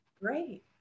Great